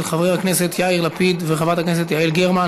של חבר הכנסת יאיר לפיד וחברת הכנסת יעל גרמן.